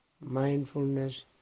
mindfulness